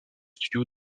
studio